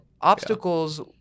Obstacles